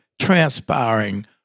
transpiring